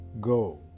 Go